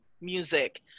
music